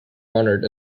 honored